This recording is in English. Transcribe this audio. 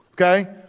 okay